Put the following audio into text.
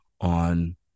on